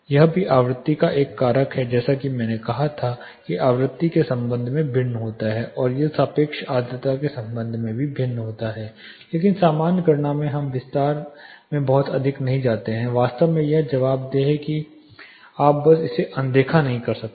यह भी आवृत्ति का एक कारक है जैसा कि मैंने कहा कि यह आवृत्ति के संबंध में भिन्न होता है और यह सापेक्ष आर्द्रता के संबंध में भी भिन्न होता है लेकिन सामान्य गणना में हम विस्तार में बहुत अधिक नहीं जाते हैं हां वास्तव में यह जवाबदेह है आप बस इसे अनदेखा नहीं कर सकते